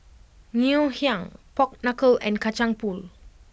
Ngoh Hiang Pork Knuckle and Kacang Pool